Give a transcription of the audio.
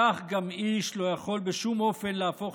כך גם איש לא יכול בשום אופן להפוך